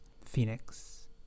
Phoenix